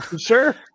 Sure